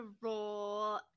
roll